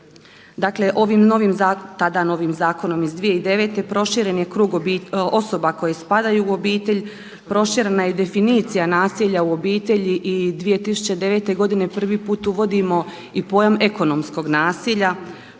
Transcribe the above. Dakle, ovim tada novim zakonom iz 2009. proširen je krug osoba koje spadaju u obitelj, proširena je i definicija nasilja u obitelji i 2009. godine prvi put uvodimo i pojam ekonomskog nasilja.